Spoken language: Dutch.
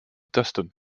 testen